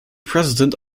president